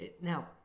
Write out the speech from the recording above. Now